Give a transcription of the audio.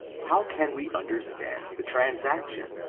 how can we understand the transaction?